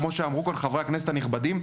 כמו שאמרו כאן חברי הכנסת הנכבדים,